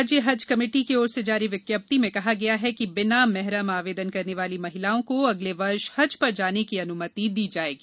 राज्य हज कमेटी की ओर से जारी विज्ञप्ति में कहा गया है कि बिना मेहरम आवेदन करने वाली महिलाओं को अगले वर्ष हज पर जाने की अनुमति दी जायेगी